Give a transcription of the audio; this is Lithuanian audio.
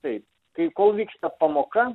taip tai kol vyksta pamoka